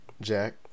Jack